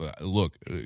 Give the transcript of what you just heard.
Look